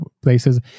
places